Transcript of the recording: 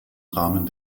rahmen